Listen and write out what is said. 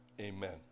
Amen